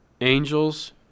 angels